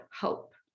hope